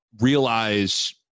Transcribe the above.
realize